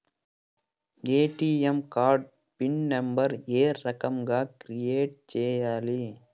ATM card pin number ఏ రకంగా create సేయాలి